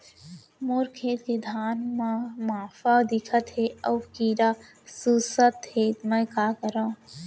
मोर खेत के धान मा फ़ांफां दिखत हे अऊ कीरा चुसत हे मैं का करंव?